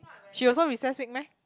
she also recess week meh